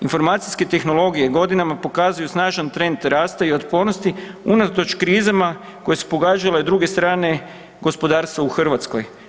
Informacijske tehnologije godinama pokazuju snažan trend rasta i otpornosti unatoč krizama koje su pogađale druge strane gospodarstva u Hrvatskoj.